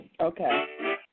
Okay